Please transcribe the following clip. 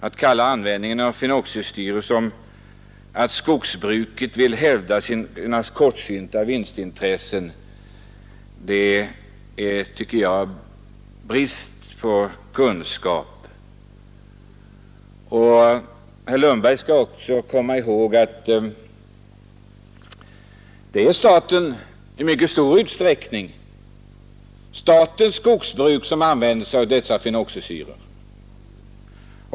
Att kalla användningen av fenoxisyror ett sätt för skogsbruket att hävda sina kortsynta vinstintressen är, tycker jag, brist på kunskap. Herr Lundberg skall också komma ihåg att det i mycket stor utsträckning är statens skogsbruk som använder fenoxisyror.